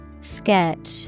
Sketch